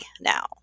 now